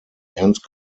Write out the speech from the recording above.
ernst